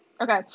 Okay